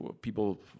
people